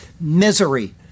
misery